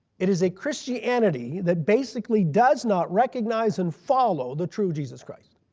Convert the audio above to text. it is a christianity that basically does not recognize and follow the true jesus christ.